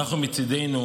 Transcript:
אנחנו מצידנו,